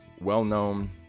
well-known